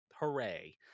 Hooray